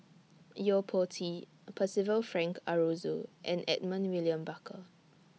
Yo Po Tee Percival Frank Aroozoo and Edmund William Barker